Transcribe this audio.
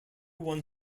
one